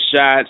shots